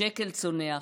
השקל צונח,